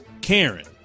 Karen